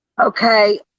Okay